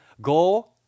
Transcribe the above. Go